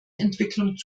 entwicklung